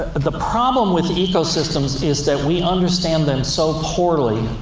the problem with ecosystems is that we understand them so poorly,